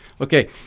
Okay